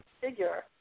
figure